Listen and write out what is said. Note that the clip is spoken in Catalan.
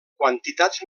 quantitats